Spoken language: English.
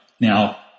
Now